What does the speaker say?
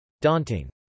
daunting